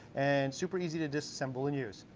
and super easy to disassemble and use.